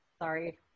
sorry